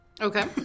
Okay